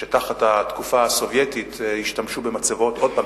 פשוט השתמשו במצבות כמו